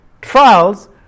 Trials